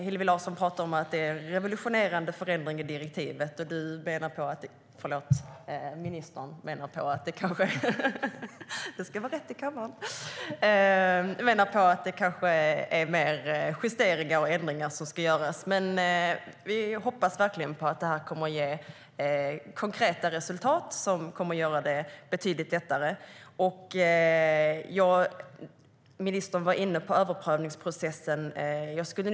Hillevi Larsson talade om en revolutionerande förändring i direktivet, och ministern menar att det kanske mer är justeringar och ändringar som ska göras. Vi hoppas verkligen att detta kommer att ge konkreta resultat som kommer att göra det hela betydligt lättare. Ministern var inne på överprövningsprocessen.